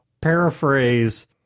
paraphrase